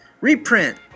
Reprint